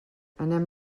anem